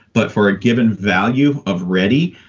but for a given value of ready,